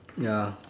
ya